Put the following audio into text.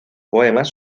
poemas